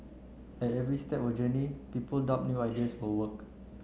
at every step of the journey people doubt new ideas will work